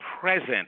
present